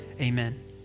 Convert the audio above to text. Amen